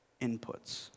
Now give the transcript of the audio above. inputs